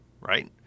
Right